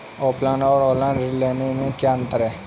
Offline और online ऋण लेने में क्या अंतर है?